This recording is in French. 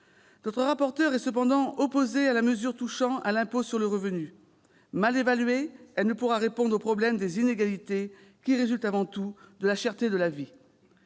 Votre rapporteur est cependant opposée à la mesure touchant à l'impôt sur le revenu. Mal évaluée, celle-ci ne pourra répondre au problème des inégalités, qui résultent avant tout de la cherté de la vie.